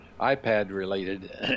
iPad-related